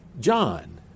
John